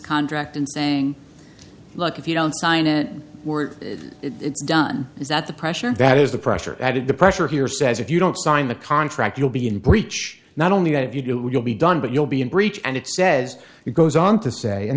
contract and saying look if you don't sign it we're done is that the pressure that is the pressure added the pressure here says if you don't sign the contract you'll be in breach not only that if you do it will be done but you'll be in breach and it says it goes on to say and